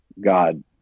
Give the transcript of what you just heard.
God